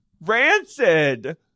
rancid